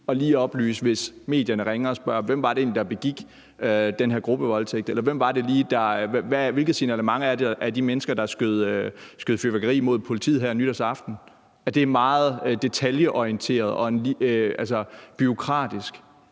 for politiet, hvis medierne ringer og spørger, lige at oplyse, hvem det egentlig var, der begik den her gruppevoldtægt, eller hvilket signalement der er af de mennesker, der skød fyrværkeri mod politiet her nytårsaften – altså at det er meget detaljeorienteret og bureaukratisk